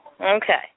Okay